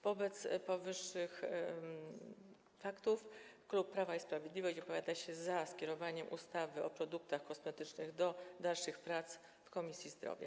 Wobec powyższych faktów klub Prawa i Sprawiedliwości opowiada się za skierowaniem ustawy o produktach kosmetycznych do dalszych prac w Komisji Zdrowia.